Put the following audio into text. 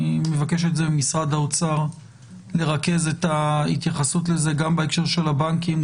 אני מבקש ממשרד האוצר לרכז את ההתייחסות לזה גם בהקשר של הבנקים,